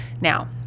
Now